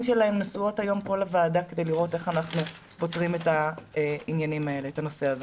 שלהם נשואות היום פה לוועדה כדי לראות איך אנחנו פותרים את הנושא הזה.